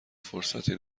فرصتی